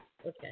Okay